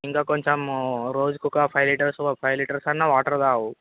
ఇంకా కొంచెం రోజుకొక ఫైవ్ లీటర్సు ఫైవ్ లీటర్సన్నా వాటర్ తాగు